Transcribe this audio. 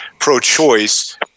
pro-choice